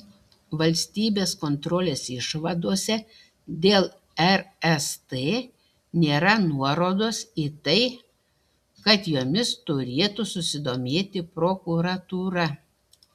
valstybės kontrolės išvadose dėl rst nėra nuorodos į tai kad jomis turėtų susidomėti prokuratūra